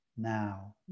Now